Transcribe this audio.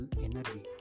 energy